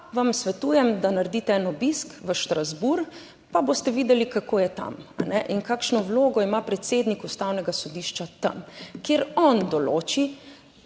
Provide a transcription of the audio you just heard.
vam svetujem, da naredite en obisk v Strasbourg, pa boste videli, kako je tam in kakšno vlogo ima predsednik Ustavnega sodišča tam, kjer on določi,